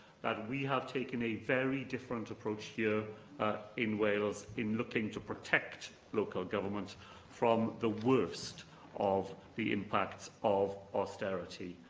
that we have taken a very different approach here in wales in looking to protect local government from the worst of the impacts of austerity.